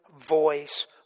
voice